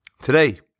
Today